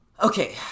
Okay